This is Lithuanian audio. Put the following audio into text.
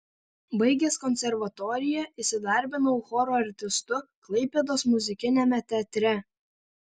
baigęs konservatoriją įsidarbinau choro artistu klaipėdos muzikiniame teatre